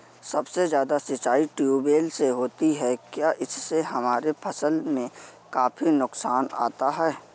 सबसे ज्यादा सिंचाई ट्यूबवेल से होती है क्या इससे हमारे फसल में काफी नुकसान आता है?